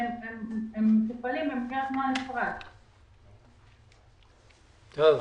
ולכן, הם מטופלים --- לא הבנתי.